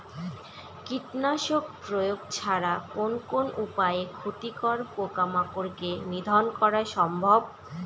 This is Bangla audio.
কীটনাশক প্রয়োগ ছাড়া কোন কোন উপায়ে ক্ষতিকর পোকামাকড় কে নিধন করা সম্ভব?